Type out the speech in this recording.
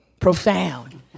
profound